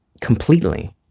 Completely